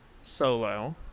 solo